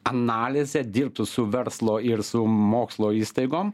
analizę dirbtų su verslo ir su mokslo įstaigom